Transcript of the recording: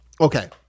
Okay